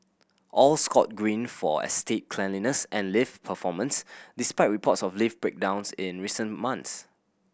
all scored Green for estate cleanliness and lift performance despite reports of lift breakdowns in recent months